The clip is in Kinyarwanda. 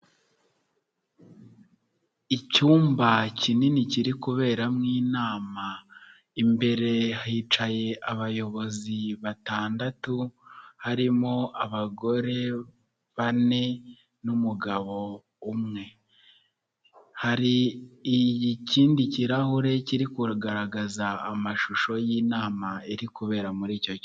Icyumba kinini kiri kuberamo inama imbere hicaye abayobozi batandatu harimo abagore bane n'umugabo umwe, hari ikindi kirahure kiri kugaragaza amashusho y'inama iri kubera muri icyo cyumba.